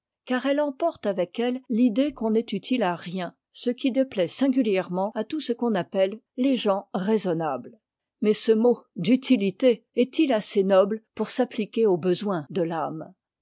car elle emporte avec elle l'idée qu'on n'est utile à rien ce qui dép a t singu ièrement à tout ce qu'on appeueies gens raisonnables mais ce mot d'utilité est-il assez noble pour s'appliquer aux besoins de l'âme